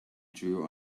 drew